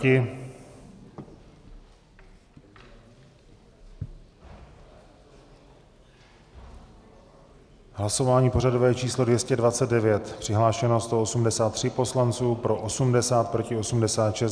V hlasování pořadové číslo 229 přihlášeno 183 poslanců, pro 80, proti 86.